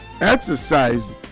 exercise